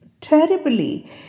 terribly